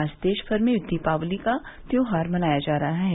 आज देशभर में दीपावली का त्यौहार मनाया जा रहा है